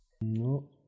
No